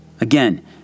Again